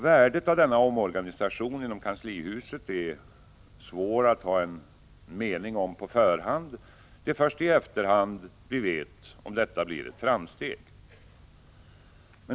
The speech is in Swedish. Värdet av denna omorganisation inom kanslihuset är det svårt att ha en mening om på förhand. Det är först i efterhand vi vet om detta blir ett framsteg.